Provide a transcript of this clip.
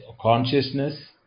consciousness